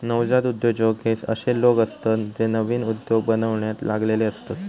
नवजात उद्योजक हे अशे लोक असतत जे नवीन उद्योग बनवण्यात लागलेले असतत